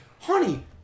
honey